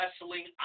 wrestling